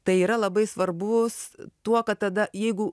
tai yra labai svarbus tuo kad tada jeigu